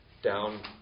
Down